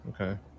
okay